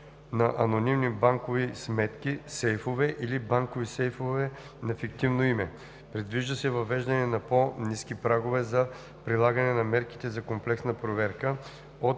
на анонимни банкови сметки, сейфове или банкови сейфове на фиктивно име; - предвижда се въвеждане на по-ниски прагове за прилагане на мерките за комплексна проверка от